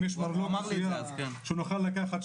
אם יש מרלוג מסוים שנוכל לקחת,